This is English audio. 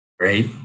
right